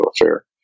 affair